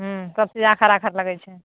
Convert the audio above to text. हूँ सभचीज आखर आखर लगैत छै